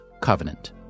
covenant